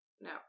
no